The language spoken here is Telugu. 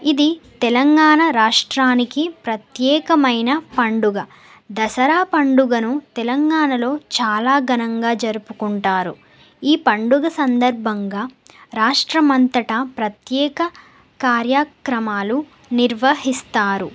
ఇది తెలంగాణ రాష్ట్రానికి ప్రత్యేకమైన పండుగ దసరా పండుగను తెలంగాణలో చాలా ఘనంగా జరుపుకుంటారు ఈ పండుగ సందర్భంగా రాష్ట్రమంతటా ప్రత్యేక కార్యక్రమాలు నిర్వహిస్తారు